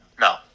No